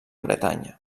bretanya